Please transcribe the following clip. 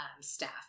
staff